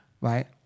Right